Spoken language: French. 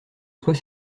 soit